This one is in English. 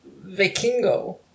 vikingo